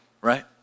right